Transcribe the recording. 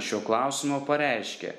šiuo klausimu pareiškė